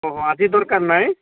ଓହୋ ଆଜି ଦରକାର ନାଇଁ